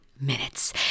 minutes